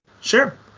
Sure